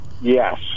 Yes